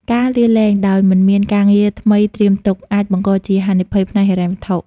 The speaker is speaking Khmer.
ការលាលែងដោយមិនមានការងារថ្មីត្រៀមទុក អាចបង្កជាហានិភ័យផ្នែកហិរញ្ញវត្ថុ។